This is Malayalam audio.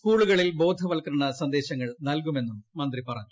സ്കൂളുകളിൽ ബോധ വൽക്കരണ സന്ദേശങ്ങൾ നൽകുമെന്നും മന്ത്രി പറഞ്ഞു